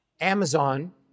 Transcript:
Amazon